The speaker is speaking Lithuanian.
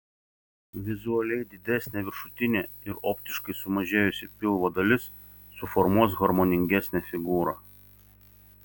vizualiai didesnė viršutinė ir optiškai sumažėjusi pilvo dalis suformuos harmoningesnę figūrą